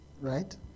Right